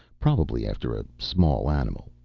probably after a small animal,